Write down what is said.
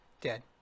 Dead